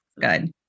Good